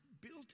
Built